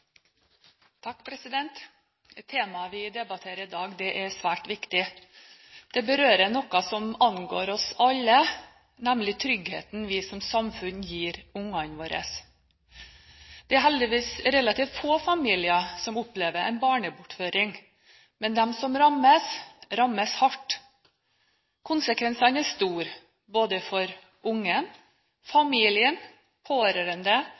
svært viktig. Det berører noe som angår oss alle, nemlig tryggheten vi som samfunn gir barna våre. Det er heldigvis relativt få familier som opplever en barnebortføring, men de som rammes, rammes hardt. Konsekvensene er store, både for barnet, familien, pårørende,